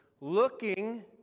Looking